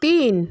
তিন